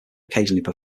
occasionally